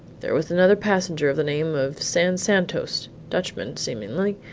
there was another passenger of the name of san-santos. dutchman, seemin'ly.